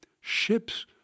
ships